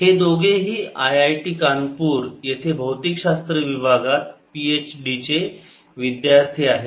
ते दोघेही आयआयटी कानपूर येथे भौतिकशास्त्र विभागात पीएचडी चे विद्यार्थी आहेत